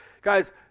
Guys